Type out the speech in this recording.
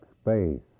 space